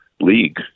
league